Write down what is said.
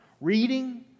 reading